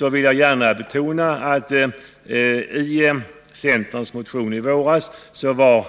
Jag vill då betona att i centerns motion i våras var